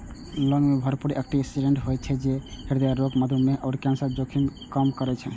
लौंग मे भरपूर एटी ऑक्सिडेंट होइ छै, जे हृदय रोग, मधुमेह आ कैंसरक जोखिम कें कम करै छै